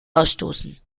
ausstoßen